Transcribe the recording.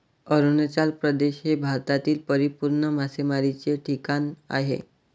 अरुणाचल प्रदेश हे भारतातील परिपूर्ण मासेमारीचे ठिकाण आहे